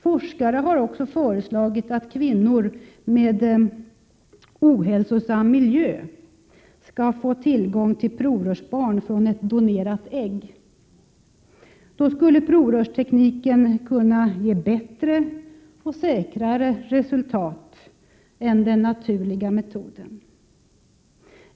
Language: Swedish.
Forskare har också föreslagit att kvinnor som lever i en ohälsosam miljö skall få tillgång till provrörsbarn från ett donerat ägg. Då skulle provrörstekniken kunna ge bättre och säkrare resultat än den naturligare metoden.